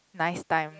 nice time